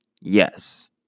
Yes